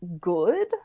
good